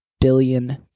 billion